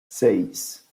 seis